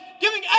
giving